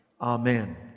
Amen